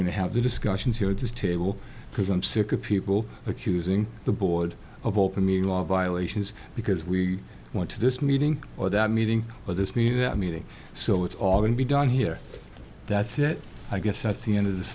going to have the discussions here at this table because i'm sick of people accusing the board of open meeting law violations because we went to this meeting or that meeting or this mean that meeting so it's all going to be done here that's it i guess that's the end of this